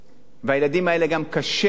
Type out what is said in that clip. והילדים האלה גם קשה מאוד,